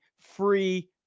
free